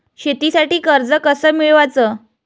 शेतीसाठी कर्ज कस मिळवाच?